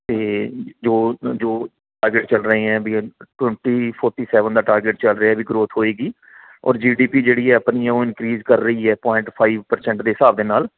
ਅਤੇ ਜੋ ਜੋ ਚੱਲ ਰਹੀ ਹੈ ਵੀ ਟਵੈਂਟੀ ਫੋਰਟੀ ਸੈਵਨ ਦਾ ਟਾਰਗੇਟ ਚੱਲ ਰਿਹਾ ਵੀ ਗਰੋਥ ਹੋਵੇਗੀ ਔਰ ਜੀ ਡੀ ਪੀ ਜਿਹੜੀ ਆਪਣੀ ਉਹ ਇਨਕਰੀਜ ਕਰ ਰਹੀ ਹੈ ਪੁਆਇੰਟ ਫਾਈਵ ਪ੍ਰਸੈਂਟ ਦੇ ਹਿਸਾਬ ਦੇ ਨਾਲ